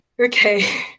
Okay